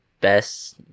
best